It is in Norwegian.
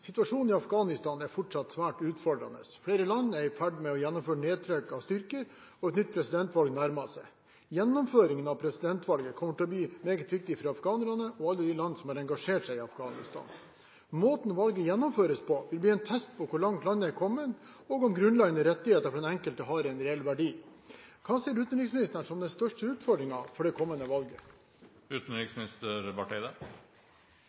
i Afghanistan er fortsatt svært utfordrende. Flere land er i ferd med å gjennomføre nedtrekk av styrker, og et nytt presidentvalg nærmer seg. Gjennomføringen av presidentvalget kommer til å bli meget viktig for afghanerne og alle de land som har engasjert seg i Afghanistan. Måten valget gjennomføres på, vil bli en test på hvor langt landet er kommet og om grunnleggende rettigheter for den enkelte har en reell verdi. Hva ser utenriksministeren som den største utfordringen for det kommende valget?»